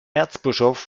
erzbischof